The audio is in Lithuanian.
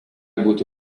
būti